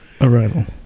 arrival